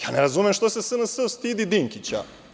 Ne razumem zašto se SNS stidi Dinkića.